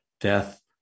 death